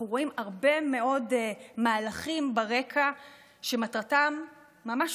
אנחנו רואים הרבה מאוד מהלכים ברקע שמטרתם ממש